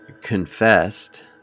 confessed